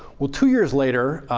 well, two years later,